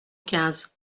quinze